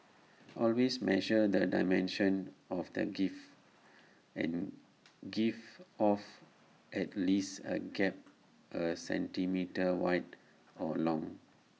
always measure the dimensions of the gift and give off at least A gap A centimetre wide or long